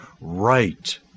right